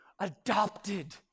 adopted